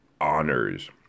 honors